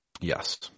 Yes